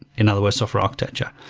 in other words, software architecture.